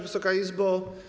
Wysoka Izbo!